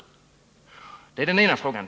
Det är den ena frågan.